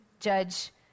judge